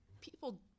people